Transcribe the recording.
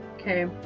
Okay